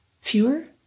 Fewer